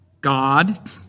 God